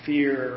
Fear